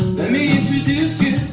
let me introduce